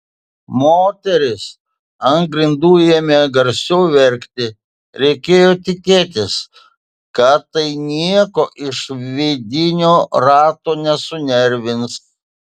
moteris ant grindų ėmė garsiau verkti reikėjo tikėtis kad tai nieko iš vidinio rato nesunervins